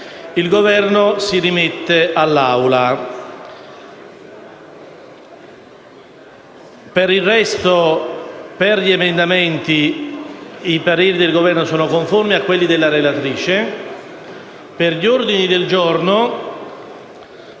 il Governo si rimette all'Assemblea. Per il resto degli emendamenti, i pareri del Governo sono conformi a quelli della relatrice. Per quanto riguarda gli ordini del giorno,